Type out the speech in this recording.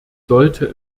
sollte